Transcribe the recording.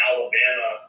Alabama